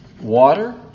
water